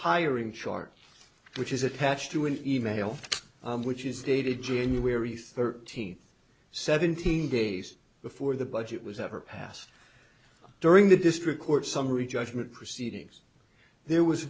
hiring chart which is attached to an e mail which is dated january thirteenth seventeen days before the budget was ever passed during the district court summary judgment proceedings there was